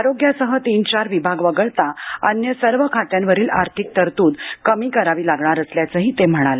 आरोग्यासह तीन चार विभाग वगळता अन्य सर्व खात्यांवरील आर्थिक तरतूद कमी करावी लागणार असल्याचंही ते म्हणाले